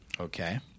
Okay